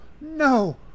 No